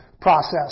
process